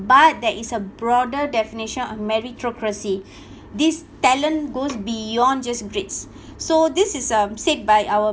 but there is a broader definition of meritocracy this talent goes beyond just grades so this is um said by our